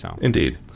Indeed